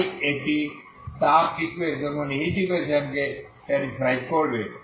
তাই এটি তাপ ইকুয়েশনকেও স্যাটিসফাই করবে